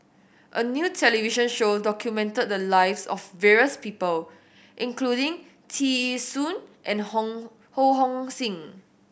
a new television show documented the lives of various people including Tear Ee Soon and Hong Ho Hong Sing